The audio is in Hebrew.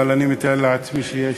אבל אני מתאר לעצמי שיש.